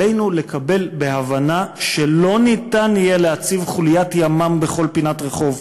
עלינו לקבל בהבנה שלא ניתן יהיה להציב חוליית ימ"מ בכל פינת רחוב.